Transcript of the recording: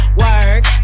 work